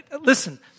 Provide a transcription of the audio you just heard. Listen